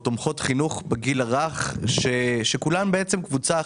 תומכות חינוך בגיל הרך שכולן בעצם קבוצה אחת.